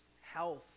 health